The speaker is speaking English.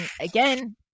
again